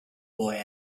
boy